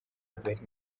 bernard